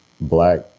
black